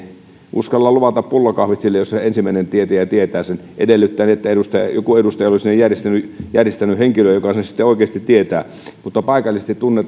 uskallan luvata pullakahvit jos se ensimmäinen henkilö tietää sen edellyttäen että joku edustaja ei ole sinne järjestänyt henkilöä joka sen sitten oikeasti tietää mutta paikallisesti tunnen